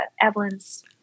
Evelyn's